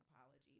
apology